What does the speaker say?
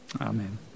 Amen